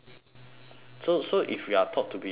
so so if we are taught to believe then